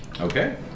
Okay